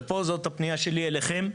וזאת הפניה שלי אליכם,